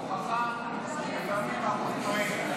זאת הוכחה שלפעמים הרוב טועה.